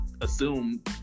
assume